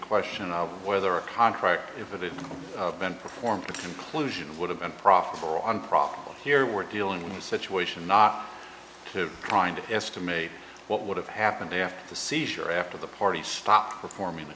question of whether a contract if it had been performed conclusion would have been proper on problem here we're dealing with a situation not trying to estimate what would have happened after the seizure after the party stopped performing the